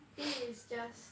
think it's just